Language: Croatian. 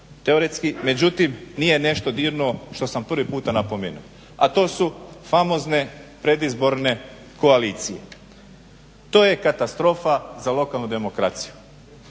teoretski, međutim nije nešto dirnuo što sam prvi puta napomenuo a to su famozne predizborne koalicije. To je katastrofa za lokalnu demokraciju.